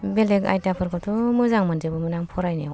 बेलेक आयदाफोरखौथ' मोजां मोनजोबोमोन आं फरायनायाव